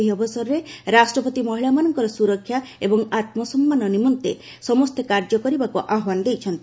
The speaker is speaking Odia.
ଏହି ଅବସରରେ ରାଷ୍ଟ୍ରପତି ମହିଳାମାନଙ୍କ ସୁରକ୍ଷା ଏବଂ ଆତ୍ମସମ୍ମାନ ନିମନ୍ତେ ସମସ୍ତେ କାର୍ଯ୍ୟ କରିବାକୁ ଆହ୍ବାନ ଦେଇଛନ୍ତି